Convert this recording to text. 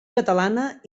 catalana